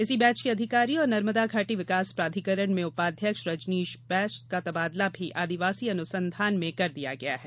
इसी बैच के अधिकारी और नर्मदा घाटी विकास प्राधिकरण में उपाध्यक्ष रजनीश बैस को तबादला भी आदिवासी अनुसंधान में कर दिया गया है